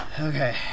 Okay